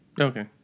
Okay